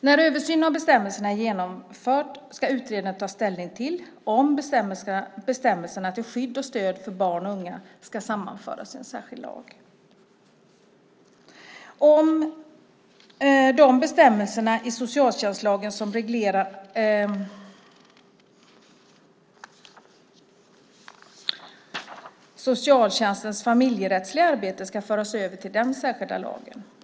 När översynen av bestämmelserna är genomförd ska utredaren ta ställning till om bestämmelserna till skydd och stöd för barn och unga ska sammanföras i en särskild lag och om de bestämmelser i socialtjänstlagen som reglerar socialtjänstens familjerättsliga arbete ska föras över till den särskilda lagen.